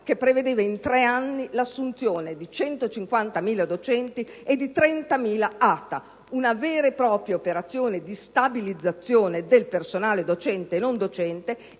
che prevede in tre anni l'assunzione di 150.000 docenti e di 30.000 ATA: si tratta di una vera e propria operazione di stabilizzazione del personale docente e non docente